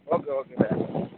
okay okay sir